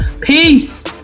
Peace